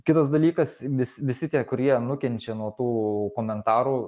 kitas dalykas vis visi tie kurie nukenčia nuo tų komentarų